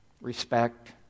Respect